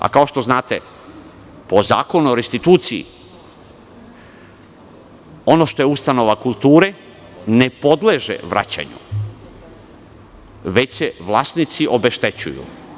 Kao što znate, po Zakonu o restituciji, ono što je ustanova kulture ne podleže vraćanju, već se vlasnici obeštećuju.